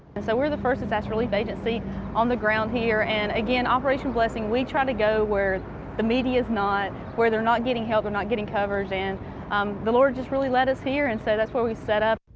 and so we're the first disaster relief agency on the ground here, and again, operation blessing, we try to go where the media is not, where they're not getting help, they're not getting coverage. and um the lord just really led us here, and so that's where we set up.